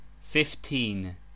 Fifteen